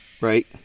right